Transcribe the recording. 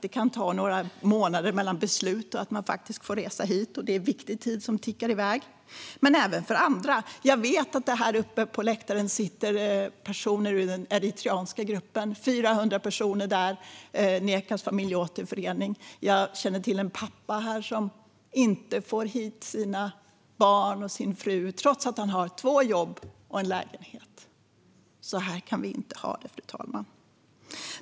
Det kan ta några månader mellan beslut och att man får resa hit. Det är viktig tid som tickar i väg. Men det gäller även för andra. Jag vet att det här på åhörarläktaren sitter personer ur den eritreanska gruppen där 400 personer nekas familjeåterförening. Jag känner till en pappa som inte får hit sina barn och sin fru trots att han har två jobb och en lägenhet. Så kan vi inte ha det, fru talman.